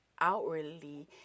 outwardly